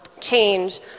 change